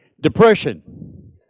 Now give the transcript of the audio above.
Depression